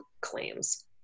claims